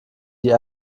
die